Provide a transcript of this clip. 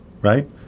right